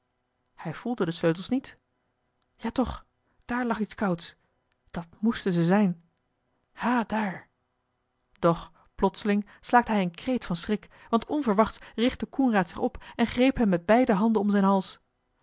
hij voelde de sleutels niet ja toch daar lag iets kouds dat moesten ze zijn ha daar doch plotseling slaakte hij een kreet van schrik want onverwachts richtte coenraad zich op en greep hem met beide handen om zijn hals